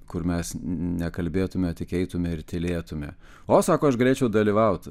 kur mes ne kalbėtume o tik eitume ir tylėtume o sako aš galėčiau dalyvauti